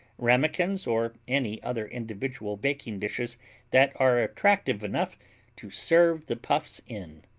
ramekins or any other individual baking dishes that are attractive enough to serve the puffs in.